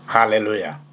Hallelujah